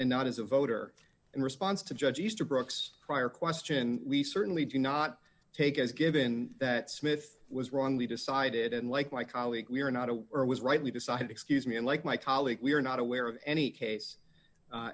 and not as a voter in response to judge easter brooks prior question we certainly do not take as given that smith was wrongly decided and like my colleague we are not a or was rightly decided excuse me and like my colleague we are not aware of any case a